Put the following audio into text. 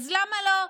אז למה לא?